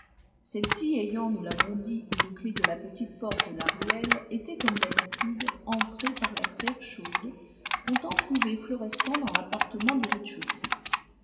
celle-ci ayant nous l'avons dit une clef de la petite porte de la ruelle était comme d'habitude entrée par la serre chaude comptant trouver florestan dans l'appartement du rez-de-chaussée